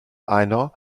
einer